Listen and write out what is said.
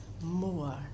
more